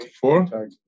four